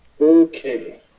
Okay